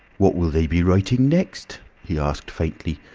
what will they be writing next? he asked faintly.